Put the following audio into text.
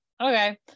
okay